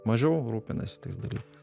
mažiau rūpinasi tais dalykais